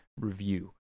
review